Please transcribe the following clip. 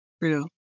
True